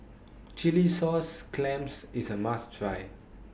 Chilli Sauce Clams IS A must Try